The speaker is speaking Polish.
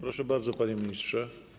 Proszę bardzo, panie ministrze.